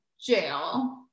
jail